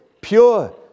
pure